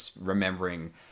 remembering